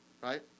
right